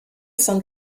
some